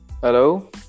Hello